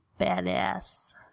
Badass